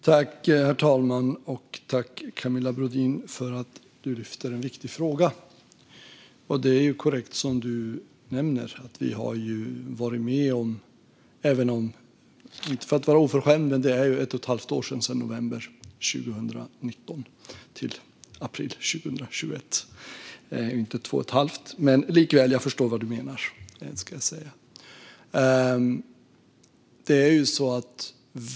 Herr ålderspresident! Tack, Camilla Brodin, för att du lyfter fram en viktig fråga! Inte för att vara oförskämd, men det är ett och ett halvt år från november 2019 till april 2021, inte två och ett halvt. Men likväl förstår jag vad du menar.